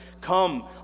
come